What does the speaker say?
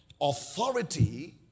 authority